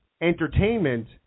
entertainment